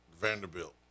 Vanderbilt